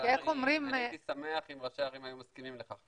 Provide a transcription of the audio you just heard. אבל אני הייתי שמח אם ראשי הערים היו מסכימים לכך,